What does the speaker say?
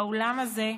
באולם הזה,